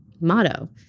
motto